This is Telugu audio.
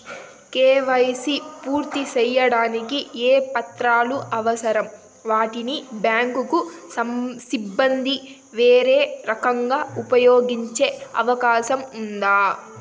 కే.వై.సి పూర్తి సేయడానికి ఏ పత్రాలు అవసరం, వీటిని బ్యాంకు సిబ్బంది వేరే రకంగా ఉపయోగించే అవకాశం ఉందా?